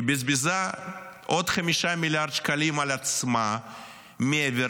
היא בזבזה עוד 5 מיליארד שקלים על עצמה מעבר